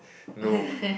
no